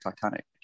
Titanic